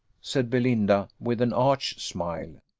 said belinda, with an arch smile.